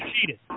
cheated